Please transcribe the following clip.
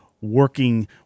working